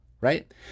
Right